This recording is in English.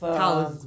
cow